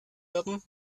werden